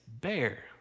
Bear